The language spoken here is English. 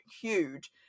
huge